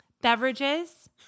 beverages